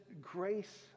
grace